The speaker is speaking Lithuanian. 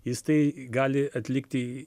jis tai gali atlikti